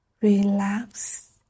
relax